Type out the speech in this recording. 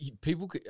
People